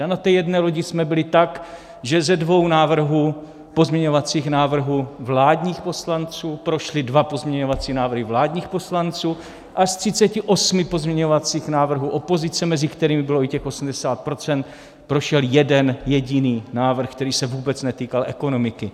A na té jedné lodi jsme byli tak, že ze 2 pozměňovacích návrhů vládních poslanců prošly 2 pozměňovací návrhy vládních poslanců a z 38 pozměňovacích návrhů opozice, mezi kterými bylo i těch 80 %, prošel jeden jediný návrh, který se vůbec netýkal ekonomiky.